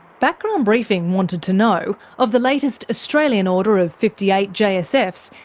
background briefing wanted to know, of the latest australian order of fifty eight jsfs,